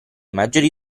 maggiori